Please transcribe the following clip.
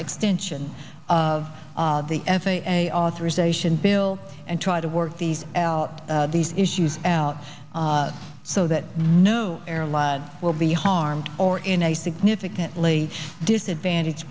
extension of the f a a authorization bill and try to work these out these issues out so that no airline will be harmed or in a significantly disadvantaged